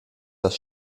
das